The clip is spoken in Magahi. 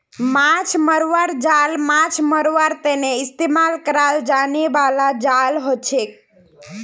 माछ मरवार जाल माछ मरवार तने इस्तेमाल कराल जाने बाला जाल हछेक